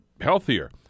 healthier